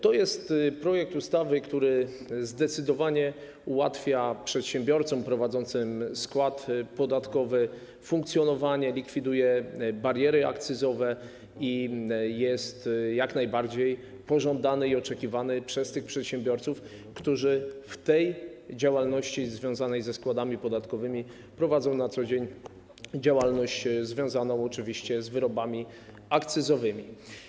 To jest projekt ustawy, który zdecydowanie ułatwia przedsiębiorcom prowadzącym skład podatkowy funkcjonowanie, likwiduje bariery akcyzowe i jest jak najbardziej pożądany i oczekiwany przez tych przedsiębiorców, którzy w ramach działalności związanej ze składami podatkowymi prowadzą na co dzień działalność związaną z wyrobami akcyzowymi.